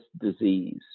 disease